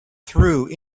through